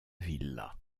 villas